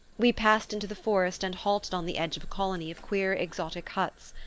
we passed into the forest and halted on the edge of a colony of queer exotic huts.